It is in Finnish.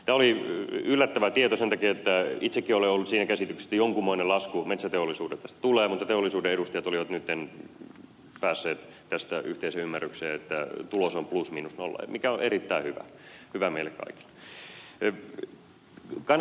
tämä oli yllättävä tieto sen takia että itsekin olen ollut siinä käsityksessä että jonkunmoinen lasku metsäteollisuudelle tästä tulee mutta teollisuuden edustajat olivat nyt päässeet tästä yhteisymmärrykseen että tulos on plus miinus nolla mikä on erittäin hyvä meille kaikille